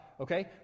Okay